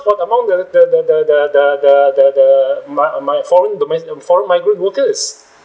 for amount the the the the the the the the the my my foreign domes~ um foreign migrant workers